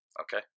Okay